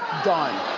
done,